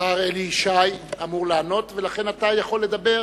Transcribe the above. השר אלי ישי אמור לענות ולכן אתה יכול לדבר